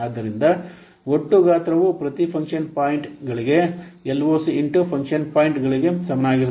ಆದ್ದರಿಂದ ಒಟ್ಟು ಗಾತ್ರವು ಪ್ರತಿ ಫಂಕ್ಷನ್ ಪಾಯಿಂಟ್ಗಳಿಗೆ LOC ಇಂಟು ಫಂಕ್ಷನ್ ಪಾಯಿಂಟ್ಗಳಿಗೆ ಸಮಾನವಾಗಿರುತ್ತದೆ